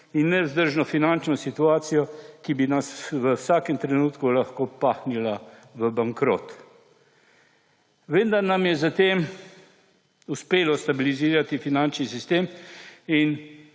in nevzdržno finančno situacijo, ki bi nas v vsakem trenutku lahko pahnila v bankrot. Vendar nam je za tem uspelo stabilizirati finančni sistem in